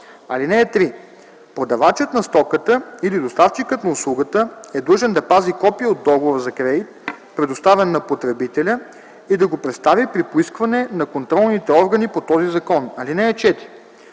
(3) Продавачът на стоката или доставчикът на услугата е длъжен да пази копие от договора за кредит, предоставен на потребителя, и да го представи при поискване на контролните органи по този закон. (4)